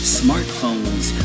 smartphones